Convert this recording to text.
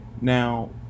Now